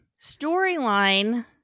Storyline